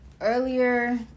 earlier